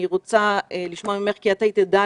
אני רוצה לשמוע ממך, כי את היית עדה